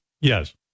Yes